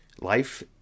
Life